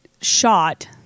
shot